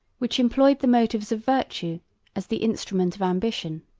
which employed the motives of virtue as the instrument of ambition.